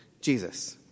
Jesus